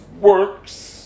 works